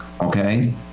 Okay